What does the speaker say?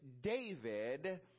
David